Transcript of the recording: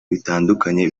bitandukanye